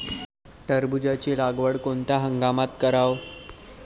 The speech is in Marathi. टरबूजाची लागवड कोनत्या हंगामात कराव?